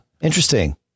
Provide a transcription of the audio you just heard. interesting